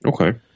Okay